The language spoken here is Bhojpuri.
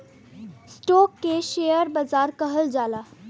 स्टोक के शेअर बाजार कहल जाला